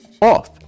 off